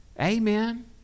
Amen